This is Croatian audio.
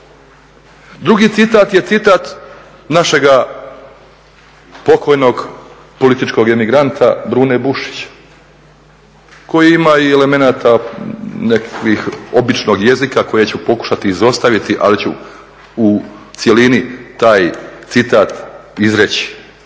Drugi citat je citat našega pokojnog političkog emigranta Brune Bušića koji ima i elemenata nekakvih običnog jezika koje ću pokušati izostaviti ali ću u cjelini taj citat izreći